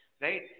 Right